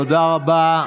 תודה רבה.